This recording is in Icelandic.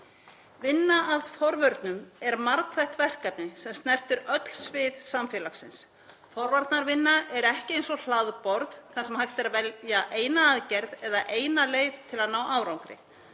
Vinna að forvörnum er margþætt verkefni sem snertir öll svið samfélagsins. Forvarnavinna er ekki eins og hlaðborð þar sem hægt er að velja eina aðgerð eða eina leið til að ná árangri.